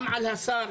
גם על השר,